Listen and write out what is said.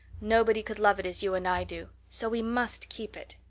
nobody could love it as you and i do so we must keep it.